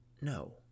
no